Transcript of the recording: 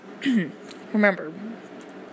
remember